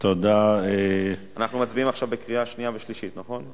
אנחנו מצביעים עכשיו בקריאה שנייה ושלישית, נכון?